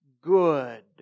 Good